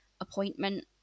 appointment